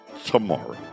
tomorrow